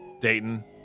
Dayton